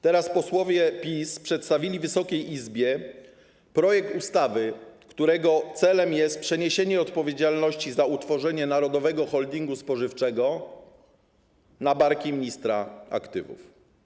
Teraz posłowie PiS przedstawili Wysokiej Izbie projekt ustawy, którego celem jest przeniesienie odpowiedzialności za utworzenie narodowego holdingu spożywczego na barki ministra aktywów.